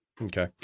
Okay